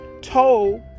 told